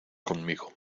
conmigo